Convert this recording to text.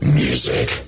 music